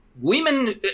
women